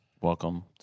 Welcome